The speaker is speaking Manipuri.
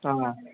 ꯑꯥ